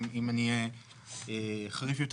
אם אני אהיה חריף יותר,